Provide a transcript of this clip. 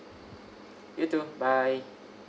you too bye